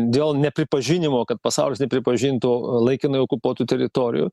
dėl nepripažinimo kad pasaulis pripažintų laikinai okupuotų teritorijų